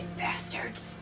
bastards